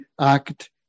act